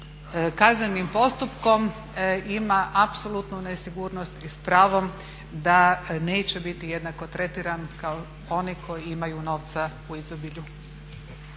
kaznenim postupkom ima apsolutnu nesigurnost i s pravom da neće biti jednako tretiran kao oni koji imaju novca u izobilju.